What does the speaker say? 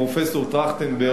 פרופסור טרכטנברג,